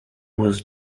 was